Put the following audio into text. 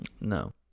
No